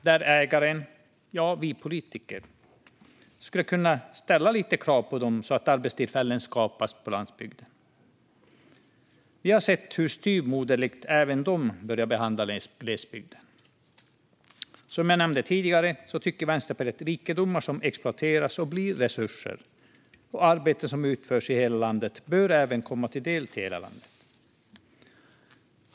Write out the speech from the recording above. Där skulle ägaren, via oss politiker, kunna ställa lite krav på dem så att arbetstillfällen skapas på landsbygden. Vi har sett hur styvmoderligt även dessa bolag börjar behandla glesbygden. Som jag nämnde tidigare tycker Vänsterpartiet att rikedomar som exploateras och blir till resurser och arbeten som utförs i hela landet även bör komma hela landet till del.